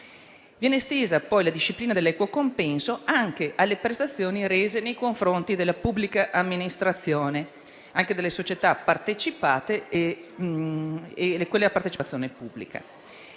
Viene estesa poi la disciplina dell'equo compenso anche alle prestazioni rese nei confronti della pubblica amministrazione, anche delle società a partecipazione pubblica.